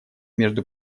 между